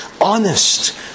honest